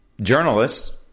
journalists